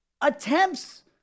attempts